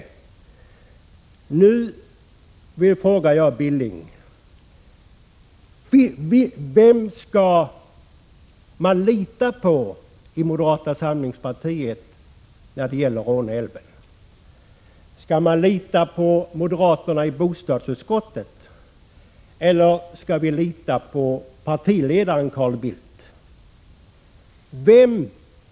Nu frågar jag: Vem skall man lita på i moderata samlingspartiet när det gäller Råneälven? Skall man lita på moderaterna i bostadsutskottet, eller skall man lita på partiledaren Carl Bildt?